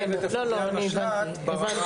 השקפים לגבי מבנה ותפקידי המשל"ט ברמה